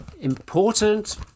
Important